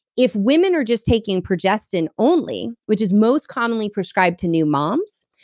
if women are just taking progestin only, which is most commonly prescribed to new moms,